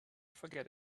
forget